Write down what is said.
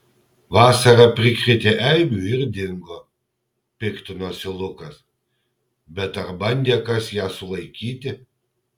vasara prikrėtė eibių ir dingo piktinosi lukas bet ar bandė kas ją sulaikyti